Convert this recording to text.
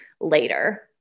later